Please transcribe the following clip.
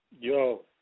Yo